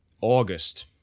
August